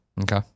Okay